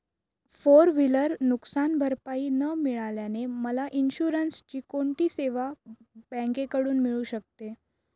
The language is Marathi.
फोर व्हिलर नुकसानभरपाई न मिळाल्याने मला इन्शुरन्सची कोणती सेवा बँकेकडून मिळू शकते?